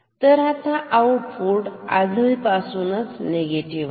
तर आता आउटपुट आधीपासूनच निगेटिव्ह आहे